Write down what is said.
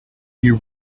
you